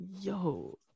yo –